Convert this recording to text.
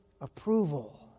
approval